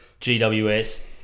GWS